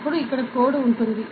అప్పుడు ఇక్కడ కోడ్ ఉంది